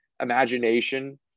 imagination